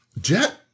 Jet